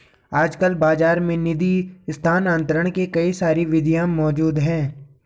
आजकल बाज़ार में निधि स्थानांतरण के कई सारी विधियां मौज़ूद हैं